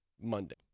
Monday